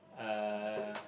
uh